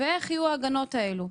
ואיך יהיו ההגנות האלה.